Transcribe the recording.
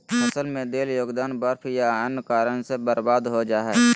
फसल में देल योगदान बर्फ या अन्य कारन से बर्बाद हो जा हइ